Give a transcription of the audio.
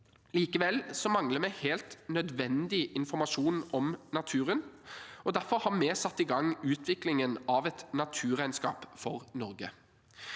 Likevel mangler vi helt nødvendig informasjon om naturen. Derfor har vi satt i gang utviklingen av et naturregnskap for Norge.